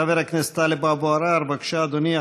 חבר הכנסת טלב אבו עראר, בבקשה, אדוני.